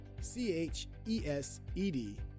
C-H-E-S-E-D